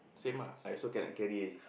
same lah I also cannot carry already